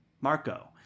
Marco